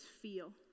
feel